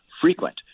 frequent